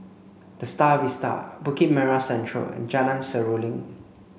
The Star Vista Bukit Merah Central and Jalan Seruling